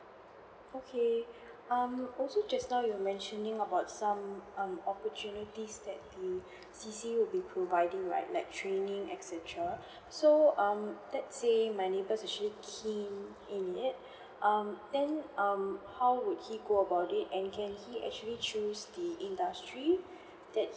okay um also just now you're mentioning about some um opportunities that the C_C would be providing right like training et cetera so um let's say my neighbor actually keen in it um then um how would he go about it and can he actually choose the industry that